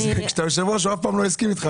כשאתה יושב ראש הוא אף פעם לא הסכים איתך,